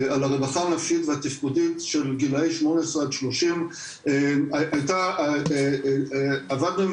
על הרווחה הנפשית והתפקודית של גילאי 18-30. עבדנו עם